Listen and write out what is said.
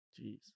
Jeez